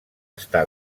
estar